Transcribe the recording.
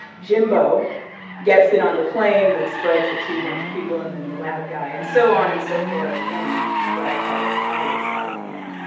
jimbo gets it on the plane, then spreads it to a bunch of people, and then the lab guy, and so on and so forth in what i call hollywood sleight of hand.